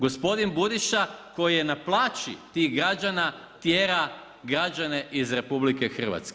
Gospodin Budiša koji je na plaći tih građana tjera građane iz RH.